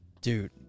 dude